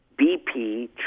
BP